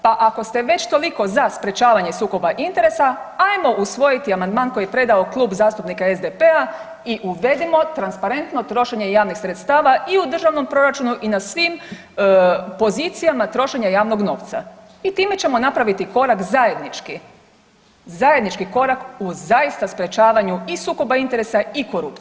Pa ako ste već toliko za sprječavanje sukoba interesa ajmo usvojiti amandman koji je predao Klub zastupnika SDP-a i uvedimo transparentno trošenje javnih sredstava i u državnom proračunu i na svim pozicijama trošenja javnog novca i time ćemo napraviti korak zajednički, zajednički korak u zaista sprječavanju i sukoba interesa i korupcije.